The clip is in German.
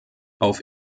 auf